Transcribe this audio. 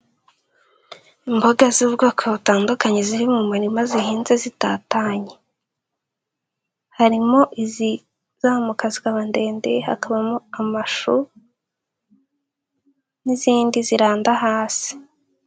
Imboga z'ubwoko butandukanye ziri mu murima zihinze zitatanye, harimo izizamuka zikaba ndende hakabamo amashu n'izindi ziranda hasi.